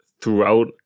throughout